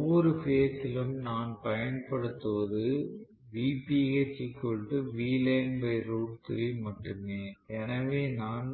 ஒவ்வொரு பேஸ் சிலும் நான் பயன்படுத்துவது மட்டுமே எனவே நான்